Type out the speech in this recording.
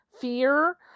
fear